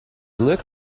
look